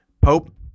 Pope